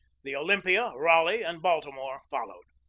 the olympia, raleigh, and baltimore followed.